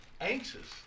anxious